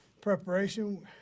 preparation